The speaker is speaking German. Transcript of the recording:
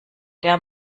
der